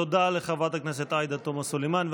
תודה לחברת הכנסת עאידה תומא סלימאן.